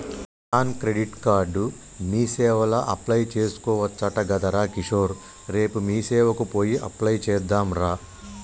Kisan credit card మీసేవల apply చేసుకోవచ్చట గదరా కిషోర్ రేపు మీసేవకు పోయి అప్లై చెద్దాంరా